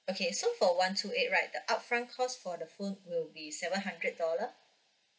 okay so for one two eight right the upfront cost for the phone will be seven hundred dollar